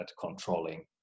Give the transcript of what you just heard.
controlling